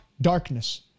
darkness